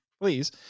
please